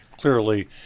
clearly